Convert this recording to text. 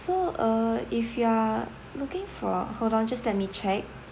so uh if you are looking for hold on just let me check